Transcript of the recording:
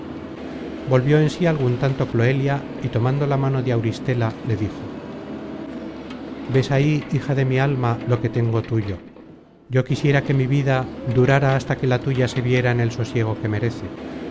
volvió en sí algun tanto cloelia y tomando la mano de auristela le dijo ves ahí hija de mi alma lo que tengo tuyo yo quisiera que mi vida durára hasta que la tuya se viera en el sosiego que merece